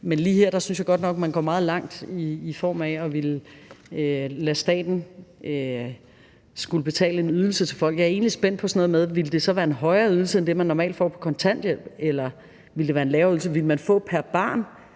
men lige her synes jeg godt nok, at man går meget langt i form af at ville lade staten skulle betale en ydelse til folk. Jeg er egentlig spændt på sådan noget med, om det så ville være en højere ydelse end det, man normalt får på kontanthjælp, eller om det ville være en lavere ydelse, eller om man